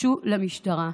גשו למשטרה.